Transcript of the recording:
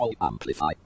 amplify